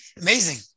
Amazing